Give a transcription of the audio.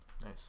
Nice